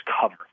cover